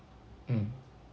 mm